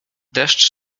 deszcz